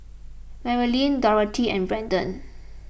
Marlyn Dorthy and Brandon